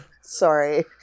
Sorry